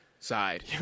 Side